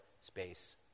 space